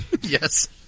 Yes